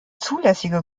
zulässige